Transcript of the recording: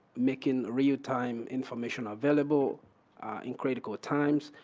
making realtime information available in critical ah times.